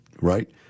Right